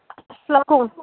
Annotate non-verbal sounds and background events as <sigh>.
<unintelligible> کُم